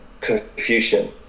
Confucian